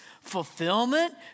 fulfillment